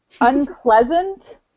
unpleasant